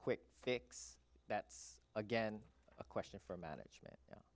quick fix that's again a question for management